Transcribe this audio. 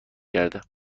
کرده